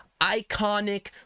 iconic